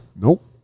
Nope